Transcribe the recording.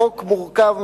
החוק מורכב,